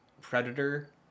predator